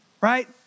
right